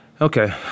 Okay